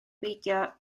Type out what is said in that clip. beidio